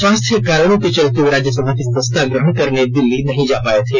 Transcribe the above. स्वास्थ्य कारणों के चलते वे राज्यसभा की सदस्यता ग्रहण करने दिल्ली नहीं जा पाए थे